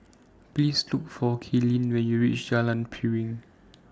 Please Look For Kaylin when YOU REACH Jalan Piring